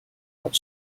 what